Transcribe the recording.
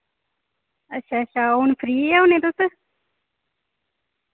अच्छा अच्छा हुन फ्री होन्ने तुस